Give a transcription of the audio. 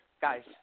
Guys